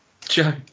Joe